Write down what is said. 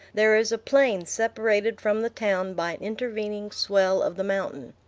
there is a plain separated from the town by an intervening swell of the mountain.